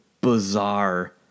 bizarre